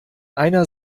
einer